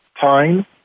time